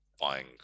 buying